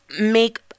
make